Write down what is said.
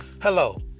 Hello